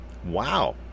Wow